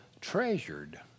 treasured